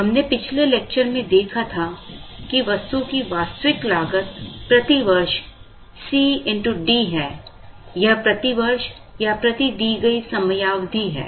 हमने पिछले लेक्चर में देखा था कि वस्तु की वास्तविक लागत प्रति वर्ष C x D है यह प्रति वर्ष या प्रति दी गई समयावधि है